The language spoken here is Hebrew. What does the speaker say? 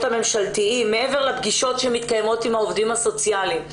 הממשלתיים מעבר לפגישות שמתקיימות עם העובדים הסוציאליים,